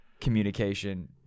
communication